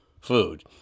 food